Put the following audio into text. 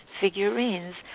figurines